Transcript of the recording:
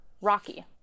rocky